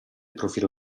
profilo